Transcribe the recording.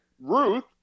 Ruth